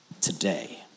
today